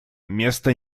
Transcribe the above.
места